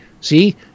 see